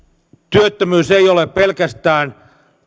työttömyys ei ole pelkästään